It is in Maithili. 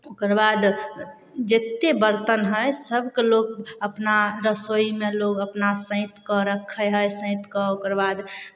ओकर बाद जतेक बरतन हइ सभकेँ लोक अपना रसोइमे लोक अपना सैंत कऽ रखै हइ सैंत कऽ ओकर बाद